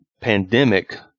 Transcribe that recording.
pandemic